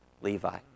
Levi